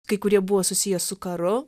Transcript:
kai kurie buvo susiję su karu